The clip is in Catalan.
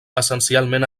essencialment